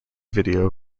video